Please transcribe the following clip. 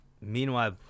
Meanwhile